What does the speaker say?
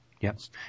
Yes